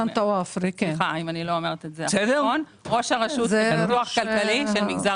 תוארפה, ראש הרשות לפיתוח כלכלי של מגזר